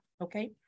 okay